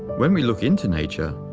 when we look into nature,